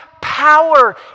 power